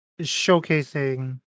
showcasing